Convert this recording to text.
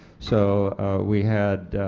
so we had